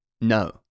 No